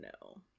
no